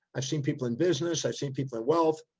i've seen people in business. i've seen people in wealth,